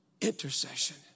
intercession